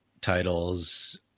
titles